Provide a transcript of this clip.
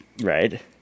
Right